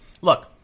look